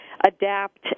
adapt